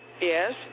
yes